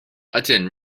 ydyn